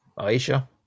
Aisha